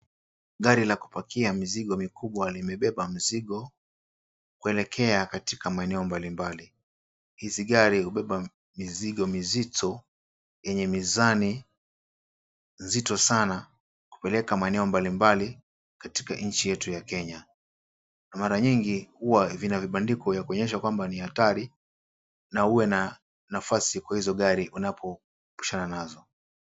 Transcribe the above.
Gari la kupakia mzigo mikubwa limebeba mzigo kuelekea katika maeneo mbalimbali. Hizi gari hubeba mizigo mizito yenye mizani nzito sana kupeleka maeneo mbalimbali katika nchi yetu ya Kenya na mara nyinyi huwa vina vibandiko vya kuonyesha kuwa ni hatari na uwe na nafasi kwa hizo gari unapopishana nazo.